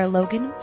Logan